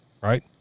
right